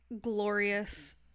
glorious